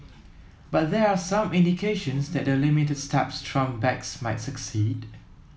but there are some indications that the limited steps Trump backs might succeed